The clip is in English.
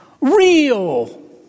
real